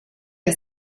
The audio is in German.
der